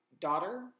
daughter